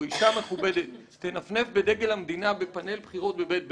אישה מכובדת תנפנף בדגל המדינה בפאנל בחירות בבית ברל.